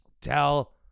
tell